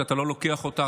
שאתה לא לוקח אותה,